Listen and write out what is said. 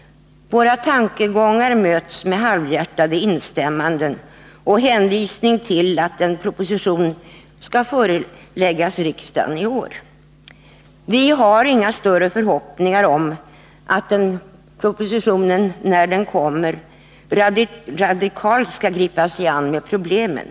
Våra tankegångar möts med halvhjärtade instämmanden och hänvisning till att en proposition skall föreläggas riksdagen i år. Vi har inga större förhoppningar om att denna proposition — när den kommer — radikalt kommer att gripa sig an med problemen.